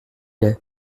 est